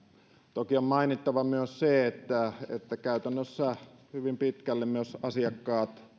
toki on mainittava myös se että käytännössä hyvin pitkälle myös asiakkaat